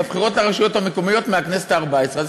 בבחירות לרשויות המקומיות, מהכנסת הארבע-עשרה.